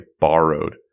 borrowed